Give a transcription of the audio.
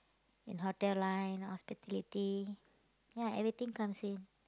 in hotel line hospitality ya everything comes in